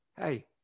hey